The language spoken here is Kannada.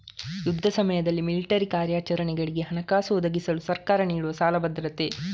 ಯುದ್ಧ ಸಮಯದಲ್ಲಿ ಮಿಲಿಟರಿ ಕಾರ್ಯಾಚರಣೆಗಳಿಗೆ ಹಣಕಾಸು ಒದಗಿಸಲು ಸರ್ಕಾರ ನೀಡುವ ಸಾಲ ಭದ್ರತೆ